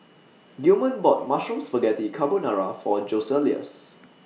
Gilman bought Mushroom Spaghetti Carbonara For Joseluis